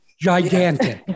gigantic